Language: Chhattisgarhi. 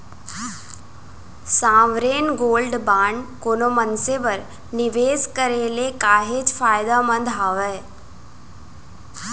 साँवरेन गोल्ड बांड कोनो मनसे बर निवेस करे ले काहेच फायदामंद हावय